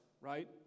right